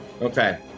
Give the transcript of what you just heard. Okay